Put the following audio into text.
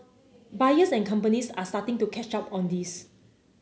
buyers and companies are starting to catch up on this